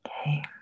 Okay